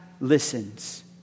listens